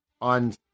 on